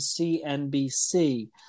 CNBC